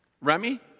Remy